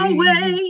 away